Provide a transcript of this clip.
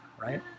right